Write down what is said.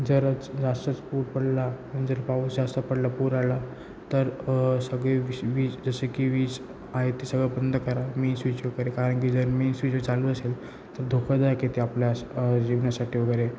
जरच जास्तच पूर पडला म्हण जर पाऊस जास्त पडला पूर आला तर सगळे विश वीज जसे की वीज आहे ते सगळं बंद करा मेन स्विच वगैरे कारणकी जर मेन स्विच चालू असेल तर धोकादायक आहे ते आपल्यास जीवनासाठी वगैरे